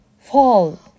fall